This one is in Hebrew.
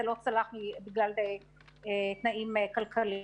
זה לא צלח בגלל תנאים כלכליים.